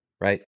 right